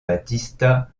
battista